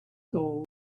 gold